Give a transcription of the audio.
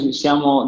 siamo